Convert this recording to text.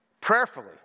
Prayerfully